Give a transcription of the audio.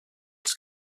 els